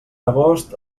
agost